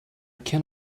can